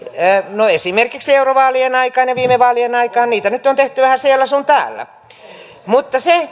no esimerkiksi eurovaalien aikaan ja viime vaalien aikaan niitä nyt on tehty vähän siellä sun täällä mutta se